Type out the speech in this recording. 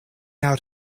out